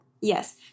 Yes